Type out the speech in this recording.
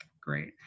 great